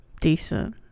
Decent